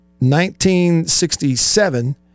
1967